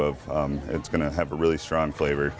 of it's going to have a really strong flavor